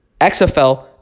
XFL